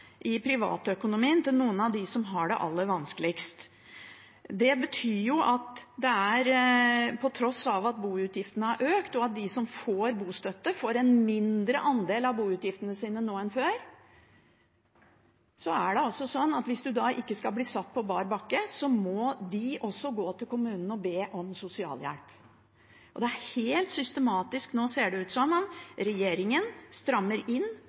i privatøkonomien til noen av dem som har det aller vanskeligst. Det betyr jo at på tross av at boutgiftene har økt, og at de som får bostøtte, får en mindre andel av boutgiftene sine nå enn før, må de også gå til kommunene og be om sosialhjelp hvis de ikke skal bli satt på bar bakke. Dette er helt systematisk. Nå ser det ut som om